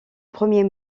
premier